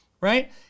right